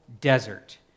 desert